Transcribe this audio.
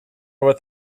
with